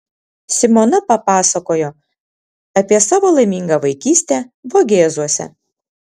simona papasakojo apie savo laimingą vaikystę vogėzuose